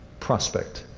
prospect.